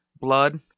Blood